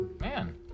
Man